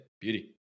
Beauty